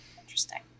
Interesting